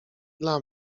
dla